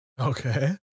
Okay